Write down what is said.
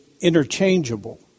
interchangeable